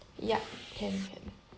ya can can